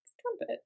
Trumpet